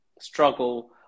struggle